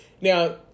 now